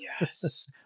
Yes